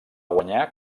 guanyar